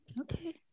okay